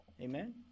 Amen